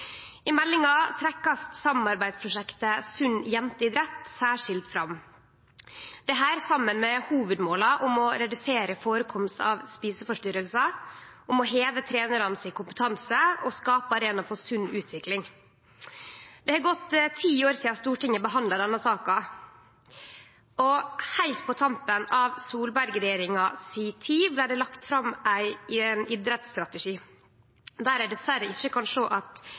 I meldinga trekkjer ein særskilt fram samarbeidsprosjektet Sunn Jenteidrett, saman med hovudmåla om å redusere førekomst av eteforstyrringar og å heve trenaranes kompetanse til å skape arenaar for sunn utvikling. Det har gått ti år sidan Stortinget behandla denne saka. Heilt på tampen av Solberg-regjeringas tid blei det lagd fram ein idrettsstrategi, der eg dessverre ikkje kan sjå at